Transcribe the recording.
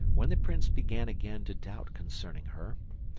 when the prince began again to doubt concerning her.